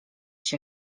się